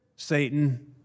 Satan